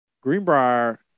Greenbrier